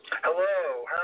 Hello